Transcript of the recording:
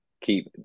keep